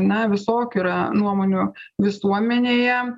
na visokių yra nuomonių visuomenėje